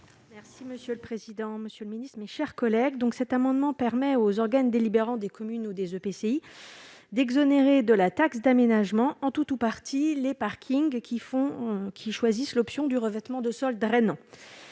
Merci monsieur le président, Monsieur le Ministre, mes chers collègues, donc cet amendement permet aux organes délibérants des communes ou des EPCI d'exonérer de la taxe d'aménagement en tout ou partie les parkings qui font qu'ils choisissent l'option du revêtement de sol drainant